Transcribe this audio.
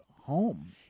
home